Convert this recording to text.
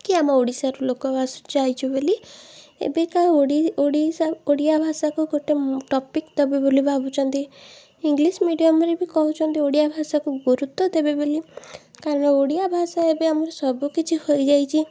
କି ଆମ ଓଡ଼ିଶାରୁ ଲୋକ ଯାଇଛୁ ବୋଲି ଏବେକା ଓଡ଼ିଶା ଓଡ଼ିଆଭାଷାକୁ ଗୋଟେ ଟପିକ୍ ଦେବେ ବୋଲି ଭାବୁଛନ୍ତି ଇଂଲିଶ ମିଡ଼ିୟମରେ ବି କହୁଛନ୍ତି ଓଡ଼ିଆଭାଷାକୁ ଗୁରୁତ୍ୱ ଦେବେ ବୋଲି କାରଣ ଓଡ଼ିଆଭାଷା ଏବେ ଆମର ସବୁ କିଛି ହୋଇଯାଇଛି